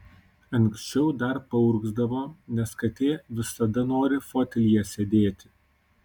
anksčiau dar paurgzdavo nes katė visada nori fotelyje sėdėti